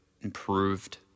improved